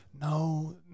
no